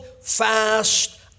fast